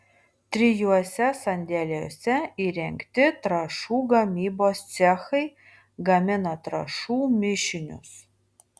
trijuose sandėliuose įrengti trąšų gamybos cechai gamina trąšų mišinius